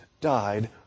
died